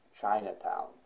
Chinatown